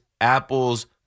apples